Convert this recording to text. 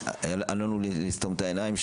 אל לנו לסתום את העיניים,